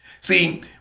See